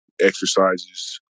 exercises